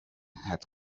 had